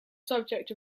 subject